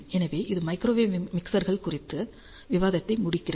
எனவே இது மைக்ரோவேவ் மிக்சர்கள் குறித்த விவாதத்தை முடிக்கிறது